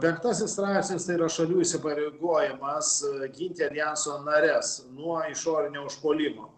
penktasis straipsnis tai yra šalių įsipareigojimas ginti aljanso nares nuo išorinio užpuolimo